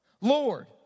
Lord